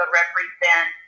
represent